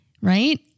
right